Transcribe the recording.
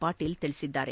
ಪಾಟೀಲ್ ತಿಳಿಸಿದ್ದಾರೆ